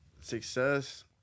Success